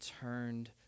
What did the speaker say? turned